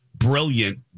brilliant